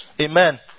amen